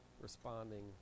responding